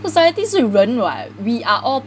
society 是人 [what] we are all